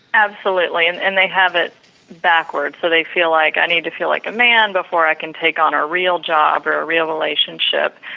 absolutely and and they have it backward, so they feel like, i need to feel like a man before i can take on a real job or real relationship,